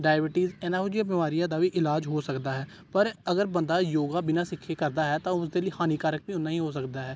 diabetes ਇਨਾ ਇਹੋ ਜਿਹੀਆਂ ਬਿਮਾਰੀਆਂ ਦਾ ਵੀ ਇਲਾਜ ਹੋ ਸਕਦਾ ਹੈ ਪਰ ਅਗਰ ਬੰਦਾ ਯੋਗਾ ਬਿਨਾਂ ਸਿੱਖੇ ਕਰਦਾ ਹੈ ਤਾਂ ਉਸ ਦੇ ਲਈ ਹਾਨੀਕਾਰਕ ਵੀ ਉਨਾ ਹੀ ਹੋ ਸਕਦਾ ਹੈ